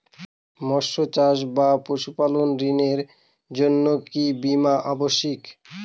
মৎস্য চাষ বা পশুপালন ঋণের জন্য কি বীমা অবশ্যক?